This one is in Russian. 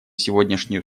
сегодняшнюю